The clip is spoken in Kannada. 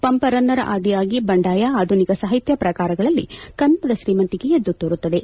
ಪಂಪ ರನ್ನರ ಆದಿಯಾಗಿ ಬಂಡಾಯ ಆಧುನಿಕ ಸಾಹಿತ್ಯ ಪ್ರಕಾರಗಳಲ್ಲಿ ಕನ್ನಡದ ಶ್ರೀಮಂತಿಕೆ ಎದ್ದು ತೋರುತ್ತದೆ